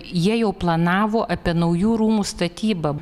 jie jau planavo apie naujų rūmų statybą